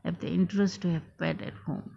have the interest to have pet at home